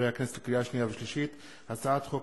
לקריאה שנייה ולקריאה שלישית: הצעת חוק